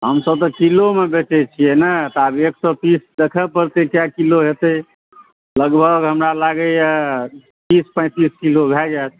हमसब तऽ किलोमे बेचै छिए ने आब एक सओ पीस देखए पड़तै कएक किलो हेतै लगभग हमरा लागैए तीस पैँतिस किलो भऽ जाएत